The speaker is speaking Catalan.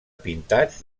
pintats